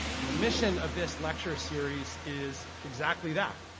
and the mission of this lecture series is exactly that,